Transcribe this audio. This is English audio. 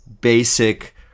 basic